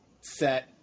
set